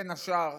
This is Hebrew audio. בין השאר